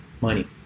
money